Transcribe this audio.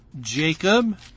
Jacob